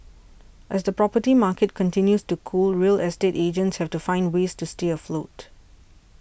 as the property market continues to cool real estate agents have to find ways to stay afloat